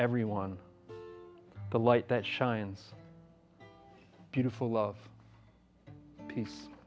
everyone the light that shines beautiful love peace